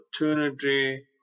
opportunity